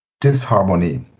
disharmony